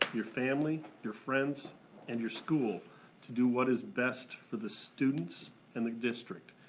your family, your friends and your school to do what is best for the students and the district.